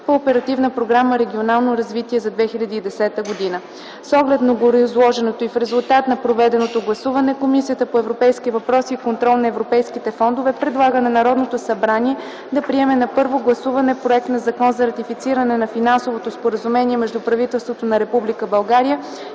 по Оперативна програма „Регионално развитие” за 2010 г. С оглед на гореизложеното и в резултат на проведеното гласуване Комисията по европейските въпроси и контрол на европейските фондове предлага (с 14 гласа „за”) на Народното събрание да приеме на първо гласуване проект на Закон за ратифициране на Финансовото споразумение между правителството на